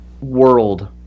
world